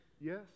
Yes